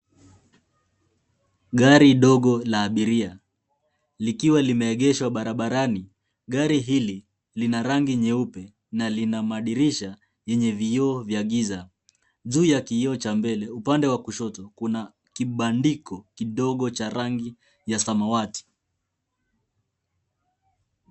Gari dogo la abiria likiwa limeegeshwa barabarani. Gari hili lina rangi nyeupe na lina madirisha yenye vioo vya giza. Juu ya kioo cha mbele upande wa kushoto kuna kibandiko cha rangi ya samawati.